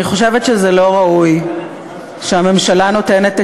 אני חושבת שזה לא ראוי שהממשלה נותנת את